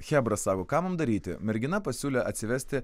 chebra sako ką mum daryti mergina pasiūlė atsivesti